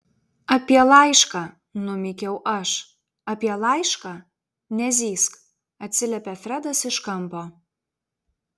apie laišką numykiau aš apie laišką nezyzk atsiliepė fredas iš kampo